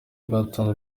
bwatanze